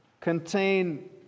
contain